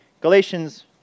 Galatians